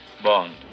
Bond